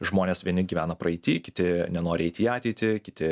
žmonės vieni gyvena praeity kiti nenori eit į ateitį kiti